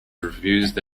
refused